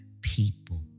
people